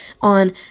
on